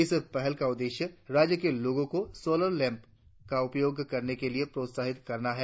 इस पहल का उद्देश्य राज्य के लोगों को सोलर लैंप का उपयोग करने के लिए प्रोत्साहित करना है